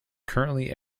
currently